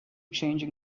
changing